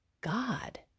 God